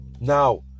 Now